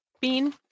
bean